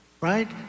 right